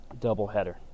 doubleheader